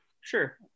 sure